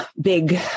big